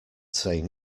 saying